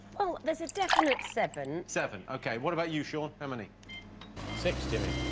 oh there's a definite seven seven. okay. what about you shawn? how many six jimmy?